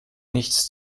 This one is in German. nichts